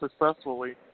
successfully